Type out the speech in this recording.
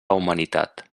humanitat